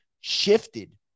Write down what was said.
shifted